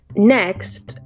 Next